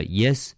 yes